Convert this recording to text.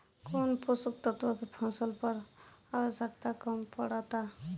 कौन पोषक तत्व के फसल पर आवशयक्ता कम पड़ता?